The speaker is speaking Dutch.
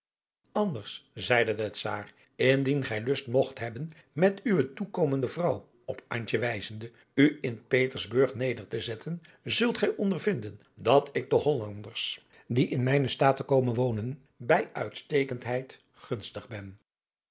zeide de czaar indien gij lust mogt hebben met uwe toekomende vrouw op antje wijzende u in petersburg neder te zetten zult gij ondervinden dat ik den hollanders die in mijne staten komen wonen bij uitstekendheid gunstig ben